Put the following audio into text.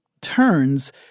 turns